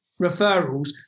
referrals